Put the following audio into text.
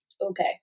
Okay